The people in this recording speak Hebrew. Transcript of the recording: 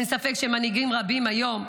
אין ספק שמנהיגים רבים היום,